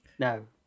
No